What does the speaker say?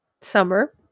Summer